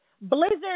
blizzard